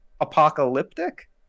apocalyptic